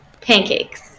Pancakes